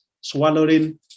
swallowing